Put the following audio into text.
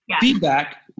Feedback